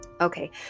Okay